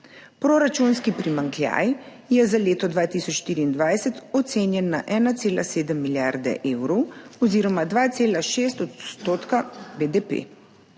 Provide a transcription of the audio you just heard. Proračunski primanjkljaj je za leto 2024 ocenjen na 1,7 milijarde evrov oziroma 2,6 % BDP.